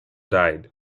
died